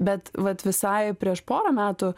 bet vat visai prieš porą metų